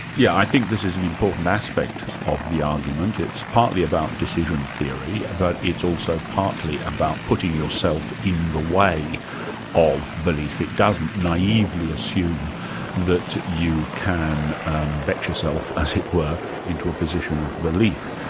yeah i think this is an important aspect of the argument. it's partly about decision theory, but it's also partly about putting yourself in the way of belief. it doesn't naively assume that you can bet yourself, as it were, into a position of belief.